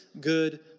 good